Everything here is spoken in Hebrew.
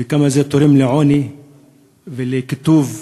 וכמה זה תורם לעוני ולקיטוב החברה,